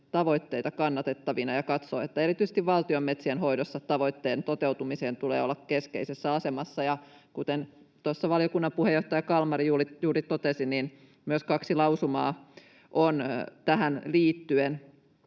tavoitteita kannatettavina ja katsoo, että erityisesti valtion metsien hoidossa tavoitteiden toteutumisen tulee olla keskeisessä asemassa. Ja kuten tuossa valiokunnan puheenjohtaja Kalmari juuri totesi, niin myös kaksi lausumaa on tähän liittyen